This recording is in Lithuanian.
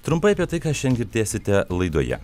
trumpai apie tai ką šian girdėsite laidoje